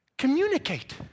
communicate